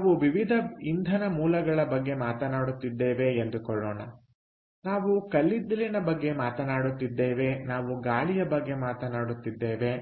ನಾವು ವಿವಿಧ ಇಂಧನ ಮೂಲಗಳ ಬಗ್ಗೆ ಮಾತನಾಡುತ್ತಿದ್ದೇವೆ ಎಂದು ಕೊಳ್ಳೋಣ ನಾವು ಕಲ್ಲಿದ್ದಲಿನ ಬಗ್ಗೆ ಮಾತನಾಡುತ್ತಿದ್ದೇವೆ ನಾವು ಗಾಳಿಯ ಬಗ್ಗೆ ಮಾತನಾಡುತ್ತಿದ್ದೇವೆ